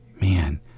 man